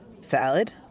Salad